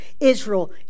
Israel